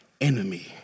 enemy